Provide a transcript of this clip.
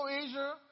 Asia